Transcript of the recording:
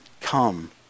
come